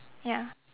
ya